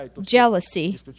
jealousy